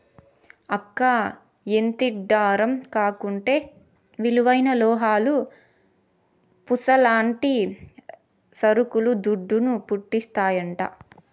అక్కా, ఎంతిడ్డూరం కాకుంటే విలువైన లోహాలు, పూసల్లాంటి సరుకులు దుడ్డును, పుట్టిస్తాయంట